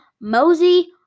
mosey